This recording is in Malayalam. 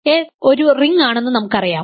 S ഒരു റിംഗ് ആണെന്ന് നമുക്കറിയാം